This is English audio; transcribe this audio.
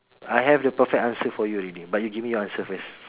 I have the perfect answer for you already but you give me your answer first